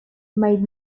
made